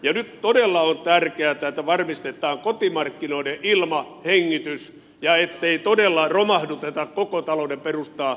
nyt todella on tärkeätä että varmistetaan kotimarkkinoiden ilma hengitys ja ettei todella romahduteta koko talouden perustaa